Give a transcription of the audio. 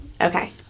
Okay